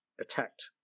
attacked